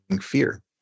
fear